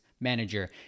manager